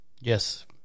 Yes